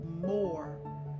more